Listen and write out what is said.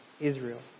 Israel